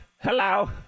Hello